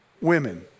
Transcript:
Women